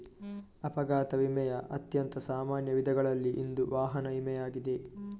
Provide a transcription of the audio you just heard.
ಅಪಘಾತ ವಿಮೆಯ ಅತ್ಯಂತ ಸಾಮಾನ್ಯ ವಿಧಗಳಲ್ಲಿ ಇಂದು ವಾಹನ ವಿಮೆಯಾಗಿದೆ